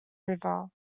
river